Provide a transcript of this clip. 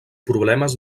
problemes